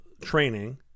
training